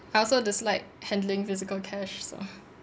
I also dislike handling physical cash so